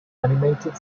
animated